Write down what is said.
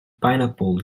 pineapple